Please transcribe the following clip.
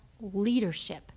leadership